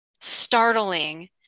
startling